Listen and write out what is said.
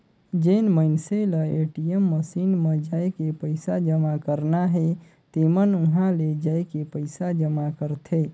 जेन मइनसे ल ए.टी.एम मसीन म जायके पइसा जमा करना हे तेमन उंहा ले जायके पइसा जमा करथे